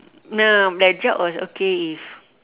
ya that job was okay if